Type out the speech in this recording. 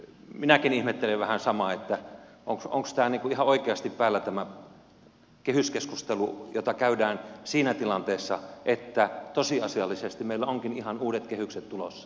minäkin ihmettelen vähän samaa että onks tää ihan oikeasti päällä tämä kehyskeskustelu jota käydään siinä tilanteessa että tosiasiallisesti meillä onkin ihan uudet kehykset tulossa